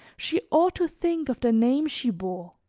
she ought to think of the name she bore